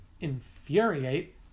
Infuriate